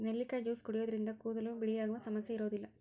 ನೆಲ್ಲಿಕಾಯಿ ಜ್ಯೂಸ್ ಕುಡಿಯೋದ್ರಿಂದ ಕೂದಲು ಬಿಳಿಯಾಗುವ ಸಮಸ್ಯೆ ಇರೋದಿಲ್ಲ